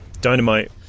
Dynamite